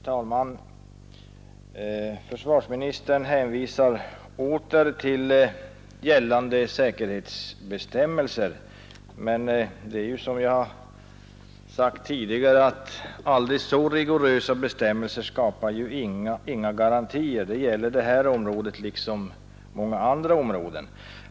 Herr talman! Försvarsministern hänvisar åter till gällande säkerhetsbestämmelser, men — som jag har sagt tidigare — aldrig så rigorösa bestämmelser skapar ju inga garantier. Det gäller det här området liksom många andra områden.